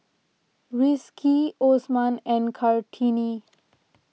Rizqi Osman and Kartini